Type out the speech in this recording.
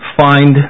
find